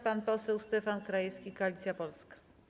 Pan poseł Stefan Krajewski, Koalicja Polska.